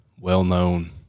well-known